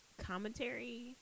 commentary